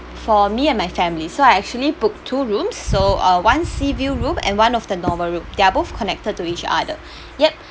for me and my family so I actually booked two rooms so uh one sea view room and one of the normal room they are both connected to each other yup